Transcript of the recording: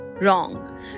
Wrong